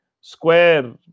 square